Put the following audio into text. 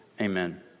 Amen